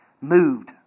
moved